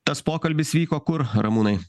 tas pokalbis vyko kur ramūnai